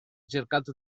cercato